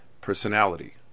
personality